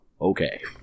okay